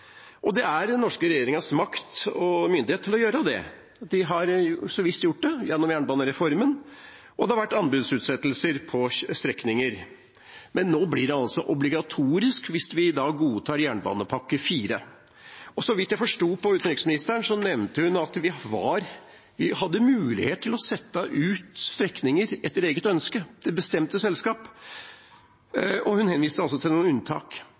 Den norske regjeringa har makt og myndighet til å gjøre det, og de har så visst gjort det, gjennom jernbanereformen. Det har vært anbudsutsettelser på strekninger, men nå blir det altså obligatorisk – hvis vi godtar jernbanepakke IV. Så vidt jeg forsto på utenriksministeren, nevnte hun at vi hadde mulighet til å sette ut strekninger etter eget ønske til bestemte selskap, og hun henviste til noen unntak.